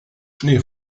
schnee